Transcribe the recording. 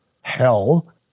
hell